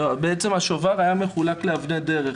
השובר היה מחולק לאבני דרך.